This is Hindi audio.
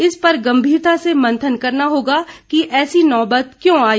इस पर गंभीरता से मंथन करना होगा कि ऐसी नौबत क्यों आई